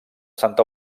santa